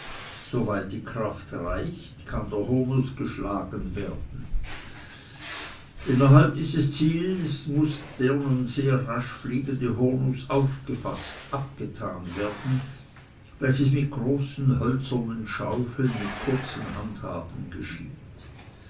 weit die kraft reicht kann der hurnuß geschlagen werden innerhalb dieses zieles muß nun der sehr rasch fliegende hurnuß aufgefaßt abgetan werden welches mit großen hölzernen schaufeln mit kurzen handhaben geschieht